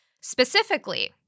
Specifically